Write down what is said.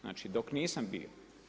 Znači dok nisam bio.